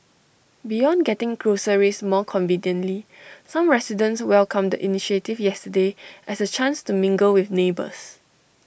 beyond getting groceries more conveniently some residents welcomed the initiative yesterday as A chance to mingle with neighbours